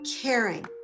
caring